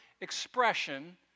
expression